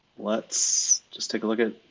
let's just take a look at